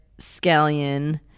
scallion